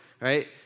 right